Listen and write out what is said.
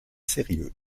sérieux